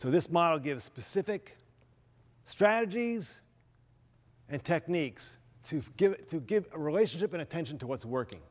so this model give specific strategies and techniques to give to give relationship and attention to what's working